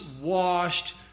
washed